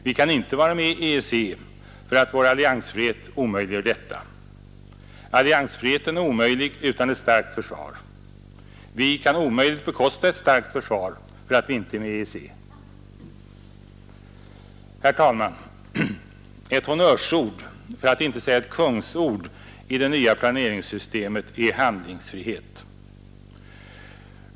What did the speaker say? Vi kan inte vara med i EEC därför att vår alliansfrihet omöjliggör detta. Alliansfriheten är omöjlig utan ett starkt försvar. Vi kan omöjligt bekosta ett starkt försvar eftersom vi inte är med i EEC. Herr talman! Ett honnörsord för att inte säga ett kungsord i det nya planeringssystemet är handlingsfrihet.